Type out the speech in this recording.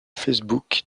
facebook